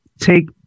Take